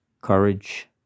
courage